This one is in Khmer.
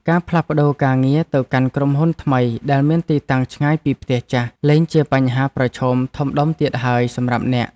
ការផ្លាស់ប្ដូរការងារទៅកាន់ក្រុមហ៊ុនថ្មីដែលមានទីតាំងឆ្ងាយពីផ្ទះចាស់លែងជាបញ្ហាប្រឈមធំដុំទៀតហើយសម្រាប់អ្នក។